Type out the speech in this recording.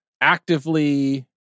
actively